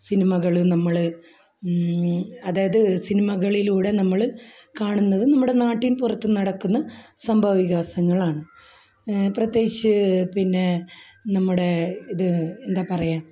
സിനിമകൾ നമ്മൾ അതായത് സിനിമകളിലൂടെ നമ്മൾ കാണുന്നത് നമ്മുടെ നാട്ടിൻ പുറത്ത് നടക്കുന്ന സംഭവ വികാസങ്ങളാണ് പ്രത്യേകിച്ചു പിന്നെ നമ്മുടെ ഇത് എന്താണ് പറയുക